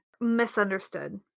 misunderstood